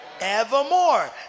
evermore